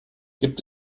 gibt